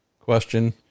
question